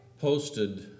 posted